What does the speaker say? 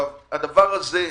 הדבר הזה,